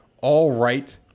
all-right